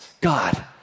God